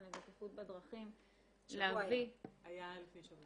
את בטיחות בדרכים להביא -- היה לפני שבוע.